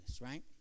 right